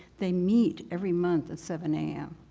they meet every month at seven a m.